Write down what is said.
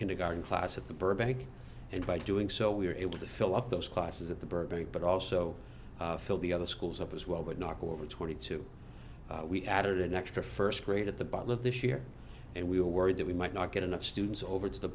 kindergarten class at the burbank and by doing so we were able to fill up those classes at the burbank but also fill the other schools up as well but knock over twenty two we added an extra first grade at the bottom of this year and we were worried that we might not get enough students over to the